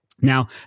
Now